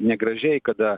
negražiai kada